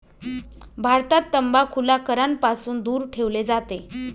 भारतात तंबाखूला करापासून दूर ठेवले जाते